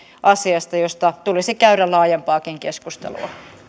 asiasta josta tulisi käydä laajempaakin keskustelua